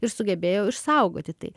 ir sugebėjo išsaugoti tai